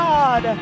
God